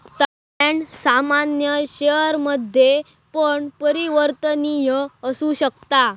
bond सामान्य शेयरमध्ये पण परिवर्तनीय असु शकता